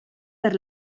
per